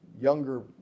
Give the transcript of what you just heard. younger